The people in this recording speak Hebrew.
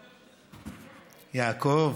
יעקב,